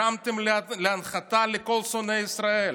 הרמת להנחתה לכל שונאי ישראל.